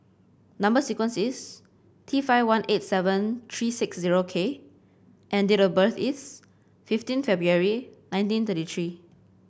number sequence is T five one eight seven three six zero K and date of birth is fifteen February nineteen thirty three